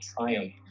triumph